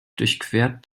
durchquert